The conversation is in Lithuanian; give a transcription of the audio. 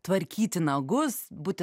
tvarkyti nagus būti